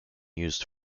used